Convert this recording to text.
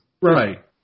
Right